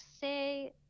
say